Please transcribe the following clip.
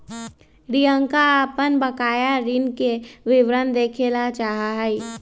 रियंका अपन बकाया ऋण के विवरण देखे ला चाहा हई